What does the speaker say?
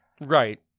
right